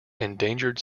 endangered